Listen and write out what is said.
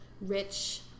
rich